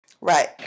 right